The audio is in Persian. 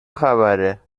خبره